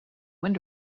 wind